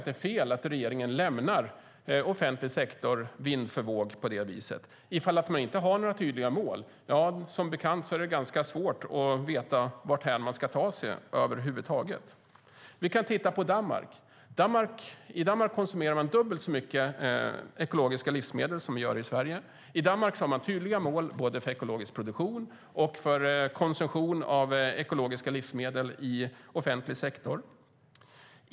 Det är fel att regeringen lämnar offentlig sektor vind för våg på det viset. Om man inte har några tydliga mål är det, som bekant, ganska svårt att veta vart man ska ta sig över huvud taget. Vi kan titta på Danmark. I Danmark konsumerar man dubbelt så mycket ekologiska livsmedel som vi gör i Sverige. I Danmark har man tydliga mål både för ekologisk produktion och för konsumtion av ekologiska livsmedel i offentlig sektor.